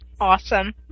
Awesome